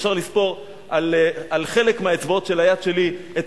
אפשר לספור על חלק מהאצבעות של היד שלי את